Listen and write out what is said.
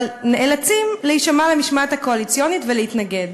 אבל נאלצים להישמע למשמעת הקואליציונית ולהתנגד.